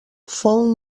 fou